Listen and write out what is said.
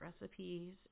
recipes